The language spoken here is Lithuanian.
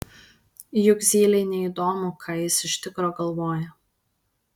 juk zylei neįdomu ką jis iš tikro galvoja